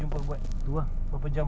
five days